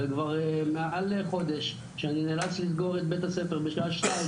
וכבר מעל חודש שאני נאלץ לסגור את בית הספר בשעה 14:00